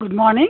goodmorning